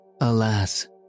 Alas